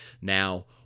Now